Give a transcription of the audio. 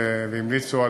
והם המליצו,